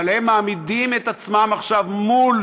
אבל הם מעמידים את עצמם עכשיו מול